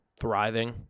thriving